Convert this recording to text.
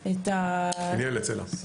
סל"ע.